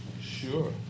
Sure